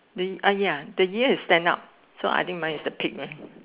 the ah ya the ear is stand up so I think mine is the pig uh